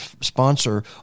sponsor